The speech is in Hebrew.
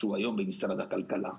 שנמצא היום במשרד הכלכלה.